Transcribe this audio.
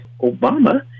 Obama